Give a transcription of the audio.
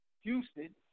Houston